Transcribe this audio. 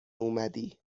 اومدی